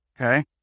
Okay